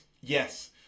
Yes